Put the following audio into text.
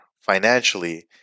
financially